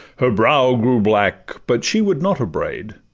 her brow grew black, but she would not upbraid,